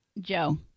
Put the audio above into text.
Joe